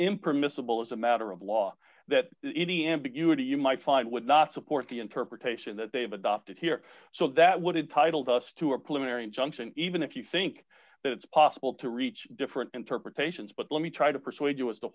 impermissible as a matter of law that any ambiguity you might find would not support the interpretation that they have adopted here so that what it titled us to implement or injunction even if you think that it's possible to reach different interpretations but let me try to persuade us to